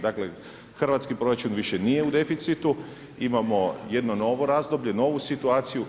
Dakle, hrvatski proračun više nije u deficitu imamo jedno razdoblje, novu situaciju.